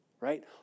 right